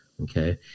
okay